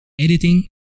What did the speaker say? editing